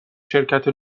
شرکت